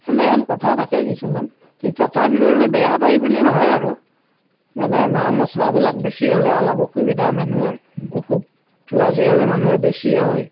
সেনেহেন কথা থাকে কিছুমান কিন্তু তথাপিতো মানে বেয়া পায় বুলি নহয় আৰু মানে মা মছলাবিলাক বেছি হ'লে অলপ অসুবিধা মানুহৰ অসুখটো মানুহৰ আজিকালি বেছিয়ে হয়